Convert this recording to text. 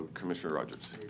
commissioner rodgers.